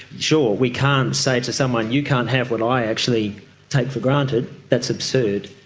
sure, we can't say to someone you can't have what i actually take for granted, that's absurd.